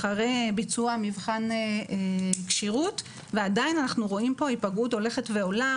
אחרי ביצוע מבחן כשירות ועדיין אנחנו רואים פה היפגעות הולכת ועולה,